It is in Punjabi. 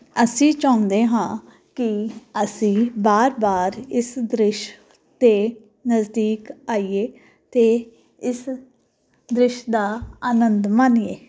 ਅਸੀਂ ਚਾਹੁੰਦੇ ਹਾਂ ਕਿ ਅਸੀਂ ਬਾਰ ਬਾਰ ਇਸ ਦ੍ਰਿਸ਼ 'ਤੇ ਨਜ਼ਦੀਕ ਆਈਏ ਅਤੇ ਇਸ ਦ੍ਰਿਸ਼ ਦਾ ਆਨੰਦ ਮਾਨੀਏ